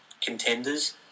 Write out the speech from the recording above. contenders